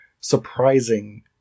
surprising